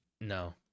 no